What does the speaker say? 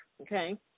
okay